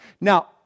now